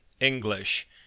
English